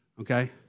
Okay